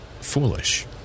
foolish